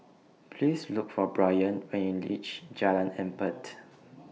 Please Look For Brayan when YOU REACH Jalan Empat